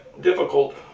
difficult